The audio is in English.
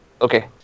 Okay